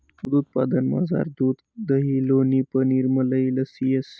दूध उत्पादनमझार दूध दही लोणी पनीर मलई लस्सी येस